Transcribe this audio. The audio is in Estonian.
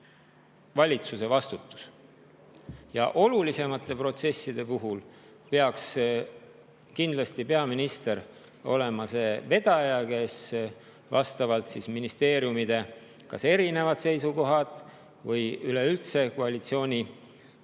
valitsuse vastutus. Olulisemate protsesside puhul peaks kindlasti peaminister olema see vedaja, kes vastavalt ministeeriumide kas erinevad seisukohad või üleüldse koalitsioonileppe